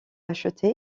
acheté